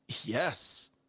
yes